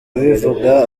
abivuga